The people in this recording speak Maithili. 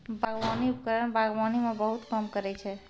बागबानी उपकरण बागबानी म बहुत काम करै छै?